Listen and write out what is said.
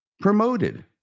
promoted